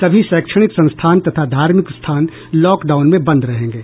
सभी शैक्षणिक संस्थान तथा धार्मिक स्थान लॉकडाउन में बंद रहेंगे